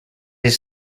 his